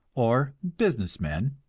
or business men,